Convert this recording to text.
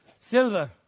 silver